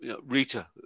Rita